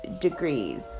degrees